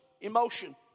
emotion